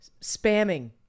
spamming